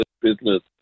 business